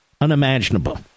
unimaginable